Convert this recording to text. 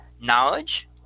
knowledge